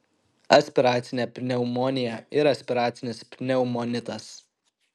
aspiracinė pneumonija ir aspiracinis pneumonitas